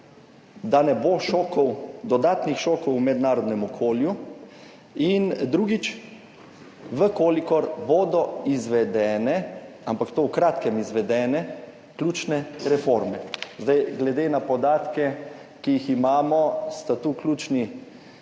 da ne bo šokov, dodatnih šokov v mednarodnem okolju in drugič, v kolikor bodo izvedene, ampak to v kratkem izvedene ključne reforme. Glede na podatke, ki jih imamo, sta tu ključni